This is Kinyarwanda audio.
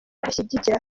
bashyigikira